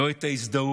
לא את ההזדהות,